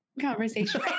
conversation